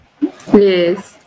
Yes